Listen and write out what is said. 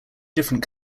different